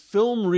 Film